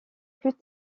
plus